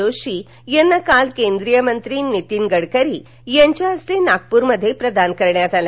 जोशी यांना काल केंद्रीय मंत्री नितीन गडकरी यांच्या हस्ते नागपूरमध्ये प्रदान करण्यात आला